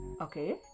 Okay